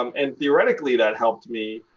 um and theoretically that helped me,